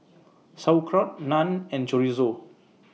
Sauerkraut Naan and Chorizo